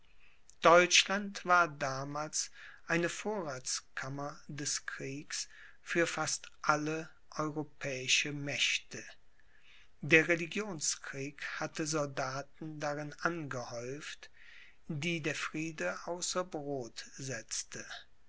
deutschland war damals eine vorratskammer des kriegs für fast alle europäische mächte der religionskrieg hatte soldaten darin angehäuft die der friede außer brod setzte